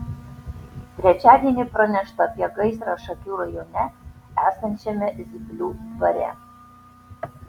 trečiadienį pranešta apie gaisrą šakių rajone esančiame zyplių dvare